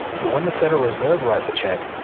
but when the federal reserve writes a check,